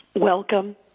Welcome